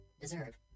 deserve